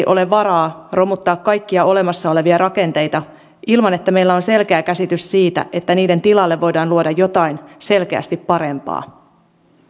ole varaa romuttaa kaikkia olemassa olevia rakenteita ilman että meillä on selkeä käsitys siitä että niiden tilalle voidaan luoda jotain selkeästi parempaa